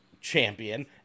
champion